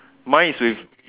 mine is with